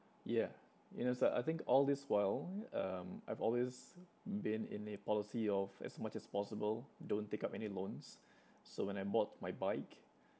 yeah you know it's like I think all this while um I've always been in a policy of as much as possible don't take up any loans so when I bought my bike